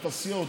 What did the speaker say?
את הסיעות,